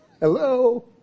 Hello